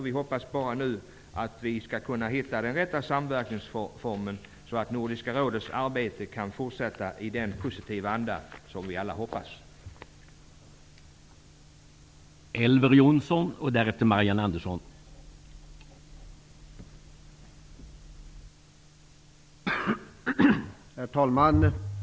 Vi hoppas nu att vi skall kunna hitta den rätta samverkansformen, så att Nordiska rådets arbete kan fortsätta i den positiva anda som vi alla hoppas på.